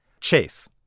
Chase